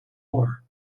more